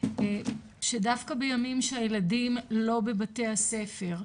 שדווקא בימים שהילדים לא בבתי הספר,